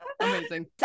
Amazing